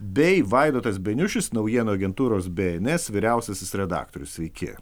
bei vaidotas beniušis naujienų agentūros bė en es vyriausiasis redaktorius sveiki